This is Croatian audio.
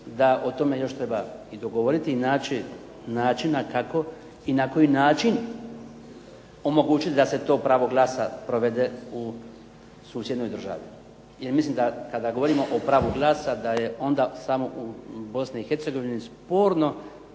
da o tome još treba i dogovoriti i naći načina kako i na koji način omogućiti da se to pravo glasa provede u susjednoj državi, jer mislim da kada govorimo o pravu glasa, da je onda samo u Bosni i Hercegovini sporna